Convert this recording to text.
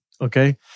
Okay